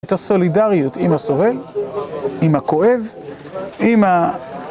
את הסולידריות עם הסובל, עם הכואב, עם ה...